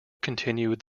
continued